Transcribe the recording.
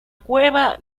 cueva